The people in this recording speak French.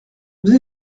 nous